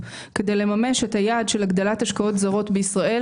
כדי לממש את היעד של הגדלת השקעות זרות בישראל.